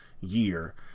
Year